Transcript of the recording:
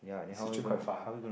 Swee Choon quite far